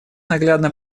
наглядно